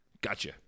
Gotcha